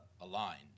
aligned